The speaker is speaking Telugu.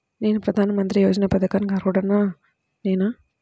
నేను ప్రధాని మంత్రి యోజన పథకానికి అర్హుడ నేన?